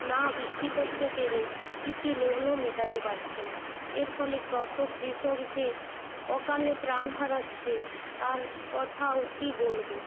না বিক্রি করতে পেরে কৃষি লোনও মেটাতে পারছে না এর ফলে কত কৃষক যে অকালে প্রাণ হারাচ্ছে তার কথাও কি বলবো